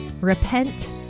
Repent